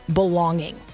belonging